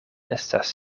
estas